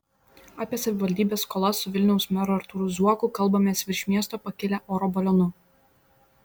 apie savivaldybės skolas su vilniaus meru artūru zuoku kalbamės virš miesto pakilę oro balionu